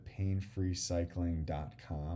painfreecycling.com